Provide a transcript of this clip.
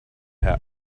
hat